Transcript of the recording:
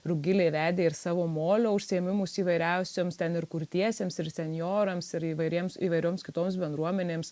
rugilė vedė ir savo molio užsiėmimus įvairiausioms ten ir kurtiesiems ir senjorams ir įvairiems įvairioms kitoms bendruomenėms